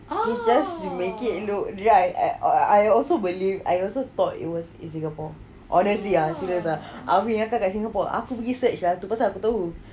they just re-make it look right I I I also believe I also thought it was in singapore honestly ah serious ah mana ni kat singapore aku pergi search lah tu lepas tu aku tahu